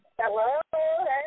Hello